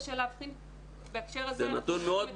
זה נתון מאוד בעייתי.